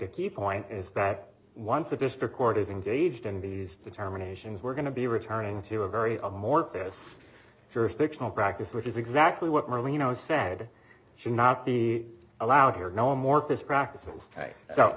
a key point is that once a district court is engaged in these determinations we're going to be returning to a very amorphous jurisdictional practice which is exactly what merlin you know sad should not be allowed here no more of this practices today so